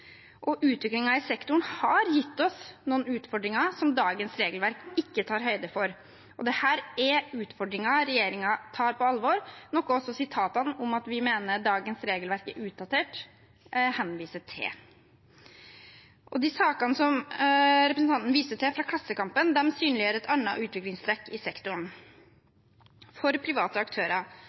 i sektoren har gitt oss noen utfordringer som dagens regelverk ikke tar høyde for. Dette er utfordringer regjeringen tar på alvor, noe også sitatene om at vi mener dagens regelverk er utdatert, henviser til. De sakene som representanten viser til fra Klassekampen, synliggjør et annet utviklingstrekk i sektoren. For private aktører